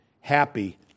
Happy